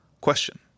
question